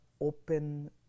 open